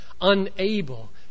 unable